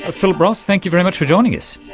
ah philip ross, thank you very much for joining us.